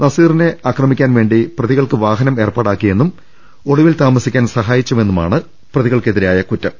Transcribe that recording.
നസീറിനെ ആക്രമിക്കാൻവേണ്ടി പ്രതികൾക്ക് വാഹനം ഏർപ്പാടാക്കിയെന്നും ഒളിവിൽ താമസിക്കാൻ സഹായിച്ചുവെ ന്നുമാണ് പ്രതികൾക്കെതിരായ കുറ്റം